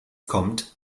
kommt